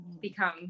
become